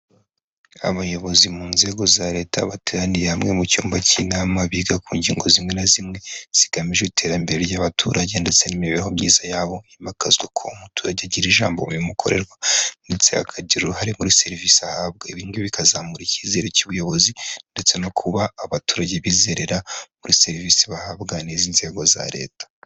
Abayobozi mu nzego za leta bateraniye hamwe mu cyumba cy'inama biga ku ngingo zimwe na zimwe zigamije iterambere ry'abaturage ndetse n'imibereho myiza yabo himakazwa ko umuturage agira ijambo rimukorerwa ndetse akagira uruhare muri serivisi ahabwa ibindi bikazamura icyizere cy'ubuyobozi ndetse no kuba abaturage bizerera muri serivisi bahabwa n'izi inzego za leta.